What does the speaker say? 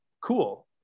cool